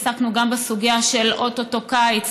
עסקנו גם בסוגיה של או-טו-טו קיץ,